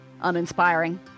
uninspiring